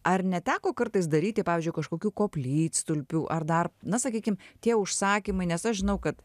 ar neteko kartais daryti pavyzdžiui kažkokių koplytstulpių ar dar na sakykim tie užsakymai nes aš žinau kad